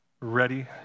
ready